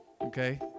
Okay